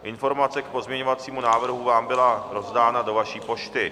Informace k pozměňovacímu návrhu vám byla rozdána do vaší pošty.